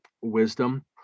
wisdom